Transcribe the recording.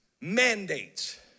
mandates